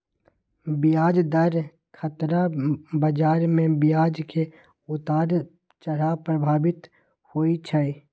ब्याज दर खतरा बजार में ब्याज के उतार चढ़ाव प्रभावित होइ छइ